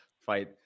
fight